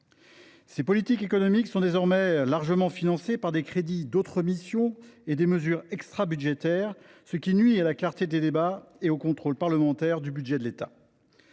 Ces politiques économiques sont désormais largement financées par des crédits d’autres missions et des mesures extrabudgétaires, ce qui nuit à la clarté des débats et au contrôle parlementaire du budget de l’État.